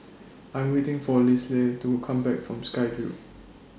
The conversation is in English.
I Am waiting For Lisle to Come Back from Sky Vue